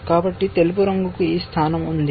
కాబట్టి తెలుపు రంగుకు ఈ స్థానం ఉంది